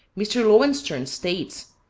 mr. lowenstern states,